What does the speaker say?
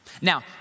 Now